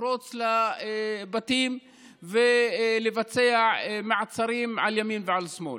לפרוץ לבתים ולבצע מעצרים על ימין ועל שמאל.